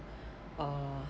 uh